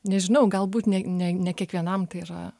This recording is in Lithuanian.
nežinau galbūt ne ne ne kiekvienam tai yra